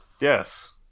Yes